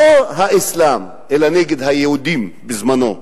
לא האסלאם אלא נגד היהודים, בזמנו.